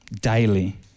daily